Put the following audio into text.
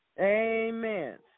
Amen